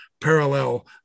parallel